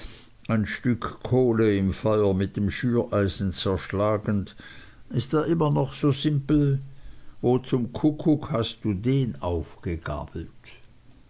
ein stück kohle im feuer mit dem schüreisen zerschlagend ist er immer noch so simpel wo zum kuckuck hast du den aufgegabelt